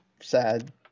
sad